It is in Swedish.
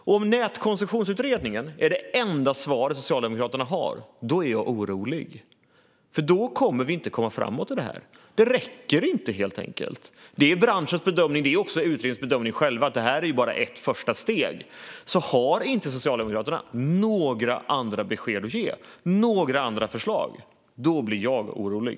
Om Nätkoncessionsutredningen är det enda svar Socialdemokraterna har blir jag orolig, för då kommer vi inte att komma framåt i detta. Det räcker helt enkelt inte. Det är branschens bedömning och också utredningens bedömning att detta bara är ett första steg. Om Socialdemokraterna inte har några andra besked eller förslag att ge blir jag orolig.